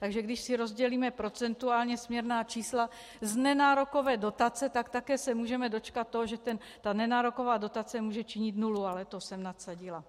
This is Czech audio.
Takže když si rozdělíme procentuálně směrná čísla z nenárokové dotace, tak také se můžeme dočkat toho, že nenároková dotace může činit nulu ale to jsem nadsadila.